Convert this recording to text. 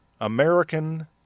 American